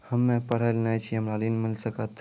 हम्मे पढ़ल न छी हमरा ऋण मिल सकत?